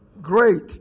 great